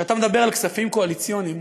כשאתה מדבר על כספים קואליציוניים,